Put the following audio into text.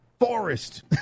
forest